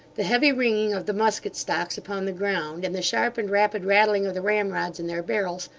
the heavy ringing of the musket-stocks upon the ground, and the sharp and rapid rattling of the ramrods in their barrels,